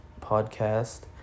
podcast